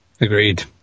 Agreed